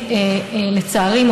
לצערי,